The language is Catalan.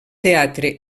teatre